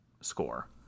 score